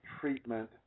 treatment